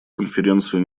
конференцию